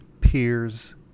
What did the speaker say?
peers